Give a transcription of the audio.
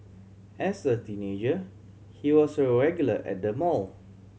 as a teenager he was a regular at the mall